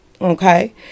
Okay